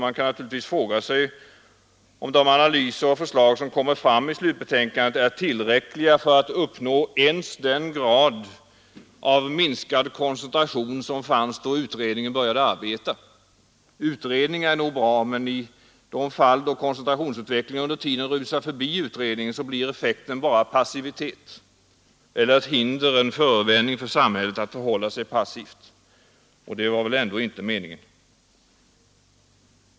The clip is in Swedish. Man kan naturligtvis fråga sig om de analyser och förslag som kommer fram i slutbetänkandet är tillräckliga för att uppnå ens den grad av minskad koncentration som fanns då utredningen började arbeta. Utredningar är nog bra, men om koncentrationsutvecklingen under tiden rusar förbi utredningen, blir effekten bara passivitet — ett hinder eller en förevändning för samhället att förhålla sig passivt. Och det var väl ändå inte meningen?